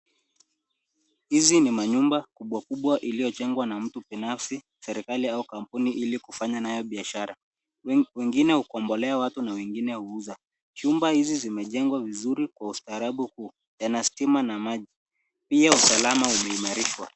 Hizi ni manyumba kubwa kubwa iliojengwa na mtu binafsi, serikali au kampuni ili kufanya nayo biashara. Wengine uukombolea watu na wengine uuza. Chumba hizi zimejengwa vizuri kwa ustaharabu kuu, yana stima na maji. Pia usalama umeimarishwa.